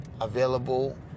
Available